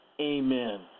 Amen